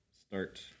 start